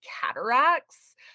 cataracts